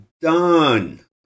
done